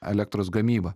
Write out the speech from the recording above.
elektros gamybą